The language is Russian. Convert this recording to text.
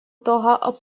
того